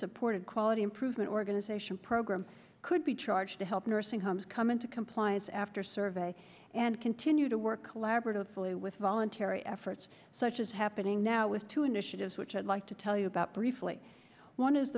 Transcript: supported quality improvement organization program could be charged to help nursing homes come into compliance after survey and continue to work collaboratively with voluntary it's such as happening now with two initiatives which i'd like to tell you about briefly one is